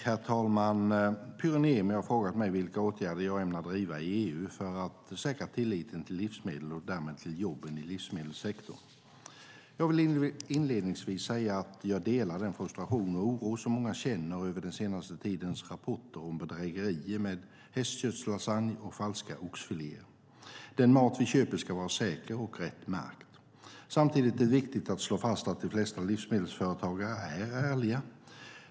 Herr talman! Pyry Niemi har frågat mig vilka åtgärder jag ämnar driva i EU för att säkra tilliten till livsmedel och därmed till jobben i livsmedelssektorn. Jag vill inledningsvis säga att jag delar den frustration och oro som många känner över den senaste tidens rapporter om bedrägerier med hästköttslasagne och falska oxfiléer. Den mat vi köper ska vara säker och rätt märkt. Samtidigt är det viktigt att slå fast att de flesta livsmedelsföretagare är ärliga.